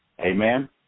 Amen